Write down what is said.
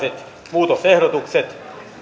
muutosehdotukset